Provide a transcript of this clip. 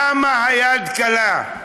למה היד קלה,